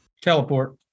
Teleport